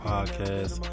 Podcast